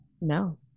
No